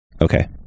Okay